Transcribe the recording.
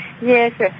Yes